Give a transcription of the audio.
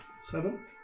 seven